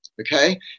okay